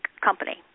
company